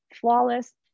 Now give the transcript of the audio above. flawless